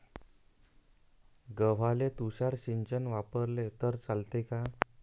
गव्हाले तुषार सिंचन वापरले तर चालते का?